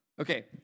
Okay